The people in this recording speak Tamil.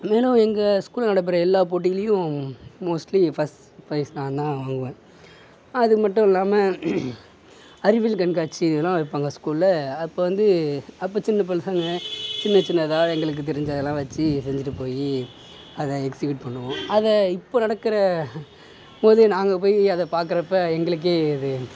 மேலும் எங்கள் ஸ்கூலில் நடைபெற எல்லா போட்டிகளையும் மோஸ்ட்லி ஃபர்ஸ்ட் ப்ரைஸ் நாந்தான் வாங்குவேன் அதுமட்டும் இல்லாமல் அறிவியல் கண்காட்சி இதெலாம் வைப்பாங்க ஸ்கூலில் அப்போ வந்து அப்போ சின்னப் பசங்க சின்ன சின்னதாக எங்களுக்கு தெரிஞ்சதெல்லாம் வச்சு செஞ்சிகிட்டு போய் அதை எக்சிக்யூட் பண்ணுவோம் அதை இப்போ நடக்கிற போது நாங்கள் போய் அதை பார்க்குறப்ப எங்களுக்கே அது